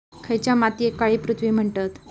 खयच्या मातीयेक काळी पृथ्वी म्हणतत?